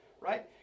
right